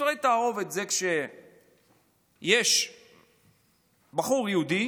נישואי תערובת זה כשיש בחור יהודי